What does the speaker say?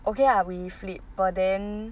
okay lah we flip but then